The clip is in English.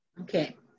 Okay